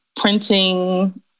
printing